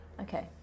Okay